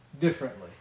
differently